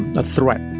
a threat.